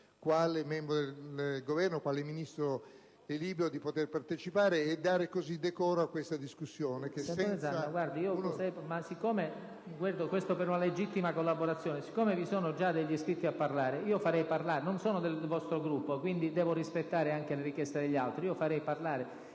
sapere dal Governo quale Ministro è libero di poter partecipare e dare così decoro a questa discussione.